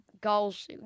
goals